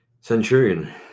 centurion